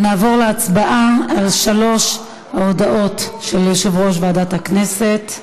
נעבור להצבעה על שלוש ההודעות של יושב-ראש ועדת הכנסת.